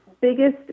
biggest